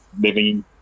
living